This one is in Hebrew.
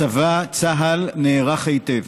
הצבא, צה"ל, נערך היטב.